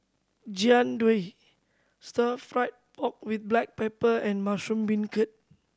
Jian Dui Stir Fry pork with black pepper and mushroom beancurd